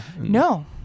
No